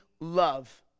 love